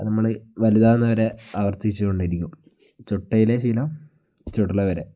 നമ്മൾ വലുതാവുന്നതുവരെ ആവർത്തിച്ചു കൊണ്ടിരിക്കും ചുട്ടയിലെ ശീലം ചുടലവരെ